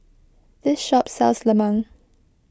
this shop sells Lemang